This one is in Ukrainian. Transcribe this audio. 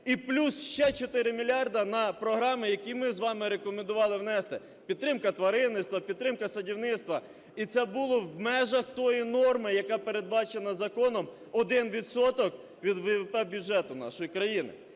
і плюс ще 4 мільярда на програми, які ми з вами рекомендували внести: підтримка тваринництва, підтримка садівництва. І це було в межах тієї норми, яка передбачена законом, 1 відсоток від ВВП бюджету нашої країни.